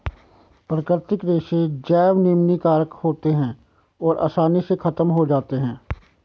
प्राकृतिक रेशे जैव निम्नीकारक होते हैं और आसानी से ख़त्म हो जाते हैं